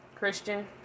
christian